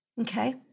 Okay